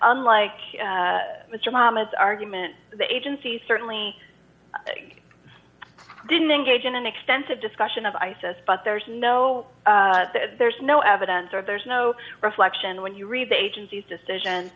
unlike her mom as argument the agency certainly didn't engage in an extensive discussion of isis but there's no there's no evidence or there's no reflection when you read the agency's decision